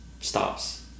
stops